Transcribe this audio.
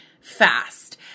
fast